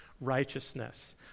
righteousness